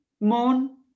moon